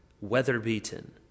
weather-beaten